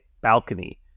balcony